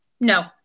no